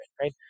right